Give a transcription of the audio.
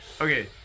Okay